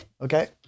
Okay